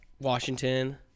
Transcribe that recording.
Washington